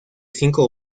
cinco